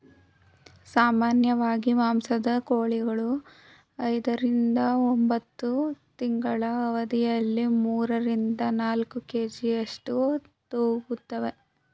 ಸಾಮಾನ್ಯವಾಗಿ ಮಾಂಸದ ಕೋಳಿಗಳು ಐದರಿಂದ ಒಂಬತ್ತು ತಿಂಗಳ ಅವಧಿಯಲ್ಲಿ ಮೂರರಿಂದ ನಾಲ್ಕು ಕೆ.ಜಿಯಷ್ಟು ತೂಗುತ್ತುವೆ